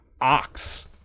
ox